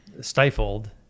stifled